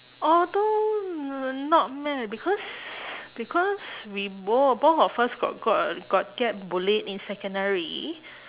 although uh not mad because because we both both of us got got got get bullied in secondary